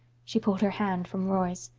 she pulled her hand from roy's.